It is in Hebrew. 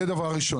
זה דבר ראשון.